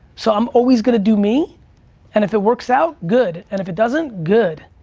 so, i'm always gonna do me and if it works out, good, and if it doesn't, good.